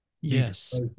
Yes